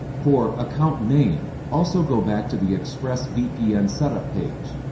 for account name, also go back to the expressvpn setup page.